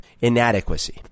inadequacy